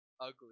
Ugly